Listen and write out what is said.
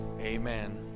amen